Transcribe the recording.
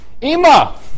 Ima